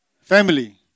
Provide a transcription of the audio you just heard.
family